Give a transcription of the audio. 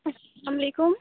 السّلام علیکم